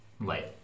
life